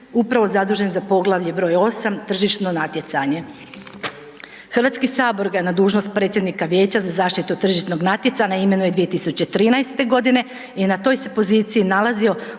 upravo zadužen za poglavlje broj 8, tržišno natjecanje. Hrvatski sabor ga na dužnost predsjednika Vijeća za zaštitu tržišnog natjecanja imenuje 2013. g. i na toj se poziciji nalazio